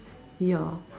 ya